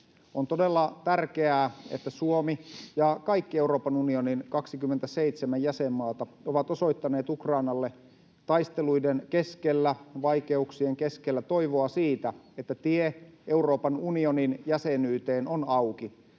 On todella tärkeää, että Suomi ja kaikki Euroopan unionin 27 jäsenmaata ovat osoittaneet Ukrainalle taisteluiden keskellä, vaikeuksien keskellä toivoa siitä, että tie Euroopan unionin jäsenyyteen on auki,